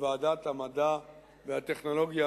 לוועדת המדע והטכנולוגיה.